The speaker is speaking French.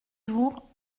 jours